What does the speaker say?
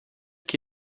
que